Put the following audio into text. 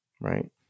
right